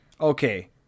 okay